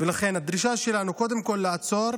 לכן הדרישה שלנו היא קודם כול לעצור